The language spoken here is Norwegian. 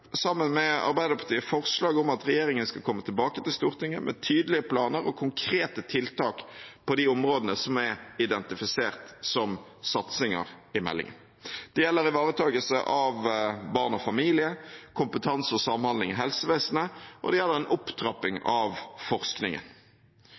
sammen med Arbeiderpartiet et forslag om at regjeringen skal komme tilbake til Stortinget med tydelige planer og konkrete tiltak på de områdene som er identifisert som satsinger i meldingen. Det gjelder ivaretakelse av barn og familier, kompetanse og samhandling i helsevesenet og en opptrapping